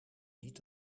niet